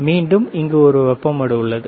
மீண்டும் இங்கு ஒரு வெப்ப மடு உள்ளது